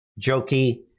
jokey